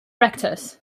rectors